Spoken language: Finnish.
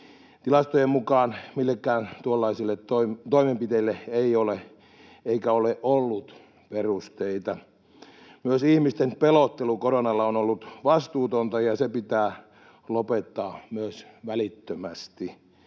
Tilastojen mukaan millekään tuollaisille toimenpiteille ei ole, eikä ole ollut, perusteita. Myös ihmisten pelottelu koronalla on ollut vastuutonta, ja myös se pitää lopettaa välittömästi.